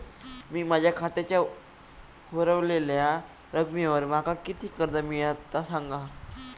मी माझ्या खात्याच्या ऱ्हवलेल्या रकमेवर माका किती कर्ज मिळात ता सांगा?